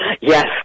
Yes